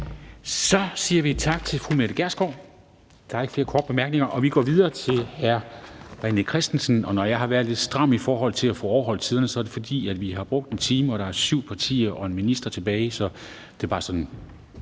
Så siger vi tak til fru Mette Gjerskov. Der er ikke flere korte bemærkninger, og vi går videre til hr. René Christensen. Når jeg har været lidt stram i forhold til at få overholdt tiderne, er det, fordi vi har brugt en time og der er syv partier og en minister tilbage. Det er bare sådan